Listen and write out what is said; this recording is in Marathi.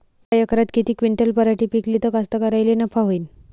यका एकरात किती क्विंटल पराटी पिकली त कास्तकाराइले नफा होईन?